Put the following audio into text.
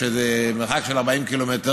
שזה מרחק של 40 ק"מ.